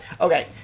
Okay